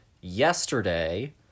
yesterday